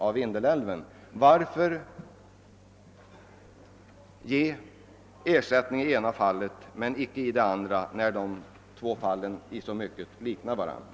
Varför ger man ersättning i det ena fallet men icke i det andra, trots att dessa två fall i så mycket liknar varandra?